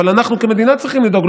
אבל אנחנו כמדינה צריכים לדאוג,